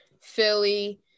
Philly